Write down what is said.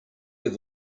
have